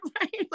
right